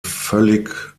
völlig